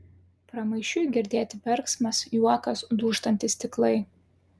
pramaišiui girdėti verksmas juokas dūžtantys stiklai